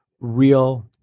real